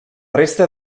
resta